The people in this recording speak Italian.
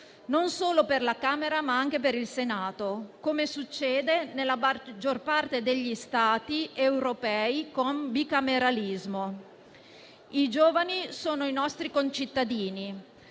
non solo per la Camera, ma anche per il Senato, come succede nella maggior parte degli Stati europei con bicameralismo. I giovani sono i nostri concittadini,